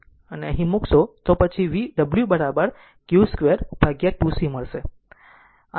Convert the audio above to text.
અને અહીં મૂકશો તો પછી w q 2 by 2 c મળશે